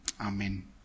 Amen